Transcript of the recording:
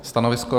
Stanovisko?